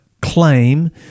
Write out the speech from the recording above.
claim